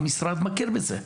המשרד מכיר בזה,